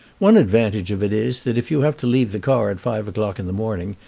one advantage of it is that if you have to leave the car at five o'clock in the morning,